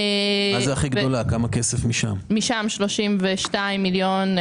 משם מועברים 32 מיליון ש"ח.